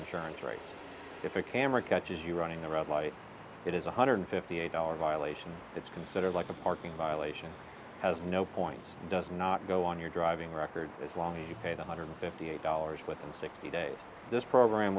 insurance rate if a camera catches you running the red light it is one hundred fifty eight dollars violation it's considered like a parking violation has no point does not go on your driving record as long as you pay one hundred fifty eight dollars within sixty days this program